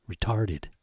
retarded